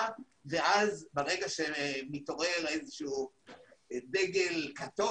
ואז ברגע שמתעורר איזשהו דגל כתום,